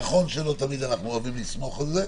נכון שלא תמיד אנחנו אוהבים לסמוך על זה,